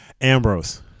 Ambrose